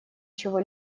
чего